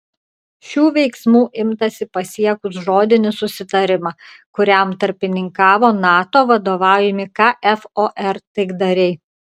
šių veiksmų imtasi pasiekus žodinį susitarimą kuriam tarpininkavo nato vadovaujami kfor taikdariai